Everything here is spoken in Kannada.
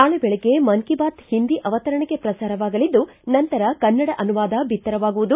ಅಂದು ಬೆಳಗ್ಗೆ ಮನ್ ಕಿ ಬಾತ್ ಹಿಂದಿ ಅವತರಣಿಕೆ ಪ್ರಸಾರವಾಗಲಿದ್ದು ನಂತರ ಕನ್ನಡ ಅನುವಾದ ಬಿತ್ತರವಾಗುವುದು